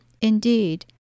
Indeed